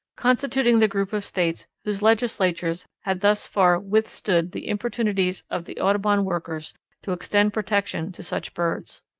constituting the group of states whose legislatures had thus far withstood the importunities of the audubon workers to extend protection to such birds.